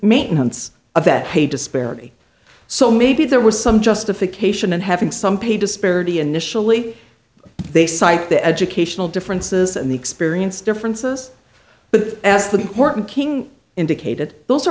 maintenance of that hey disparity so maybe there was some justification and having some pay disparity initially they cite the educational differences and the experience differences but as the king indicated those are